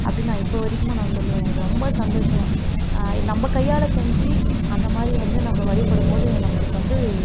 அப்படின்னு நான் இப்போ வரைக்கும் நான் சொல்லுவேன் எனக்கு ரொம்ப சந்தோஷம் நம்ம கையால் செஞ்சு அந்தமாதிரி வந்து நம்ம வழிபடும்போது நம்மளுக்கு வந்து